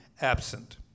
absent